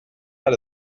out